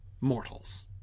mortals